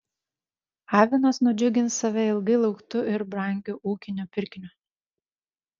avinas nudžiugins save ilgai lauktu ir brangiu ūkiniu pirkiniu